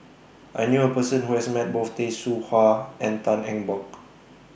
I knew A Person Who has Met Both Tay Seow Huah and Tan Eng Bock